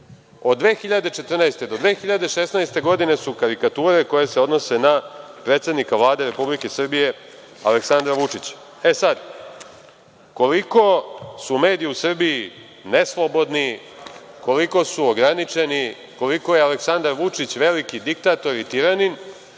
od 2014. do 2016. godine su karikature koje se odnose na predsednika Vlade Republike Srbije, Aleksandra Vučića.E, sad, koliko su mediji u Srbiji neslobodni, koliko su ograničeni, koliko je Aleksandar Vučić veliki diktator i tiranin,